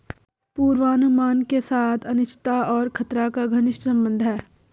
पूर्वानुमान के साथ अनिश्चितता और खतरा का घनिष्ट संबंध है